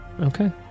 Okay